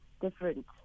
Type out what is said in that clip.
different